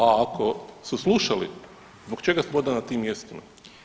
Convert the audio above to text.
A ako su slušali zbog čega smo onda na tim mjestima?